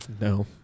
No